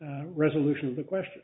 resolution of the question